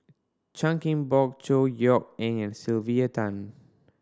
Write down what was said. Chan King Bock Chor Yeok Eng and Sylvia Tan